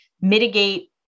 mitigate